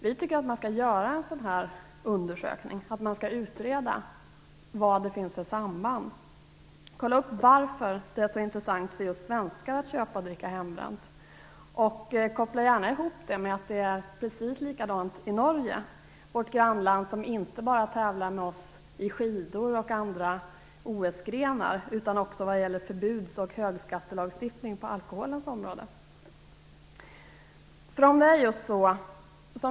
Vi tycker att man skall göra en undersökning för att utreda sambanden. Det gäller att kontrollera varför det är så intressant för just svenskar att köpa och att dricka hembränt. Koppla gärna ihop det med att det är precis likadant i Norge - vårt grannland som tävlar med oss inte bara i skidåkning och andra OS-grenar utan också vad gäller förbuds och högskattelagstiftning på alkoholens område.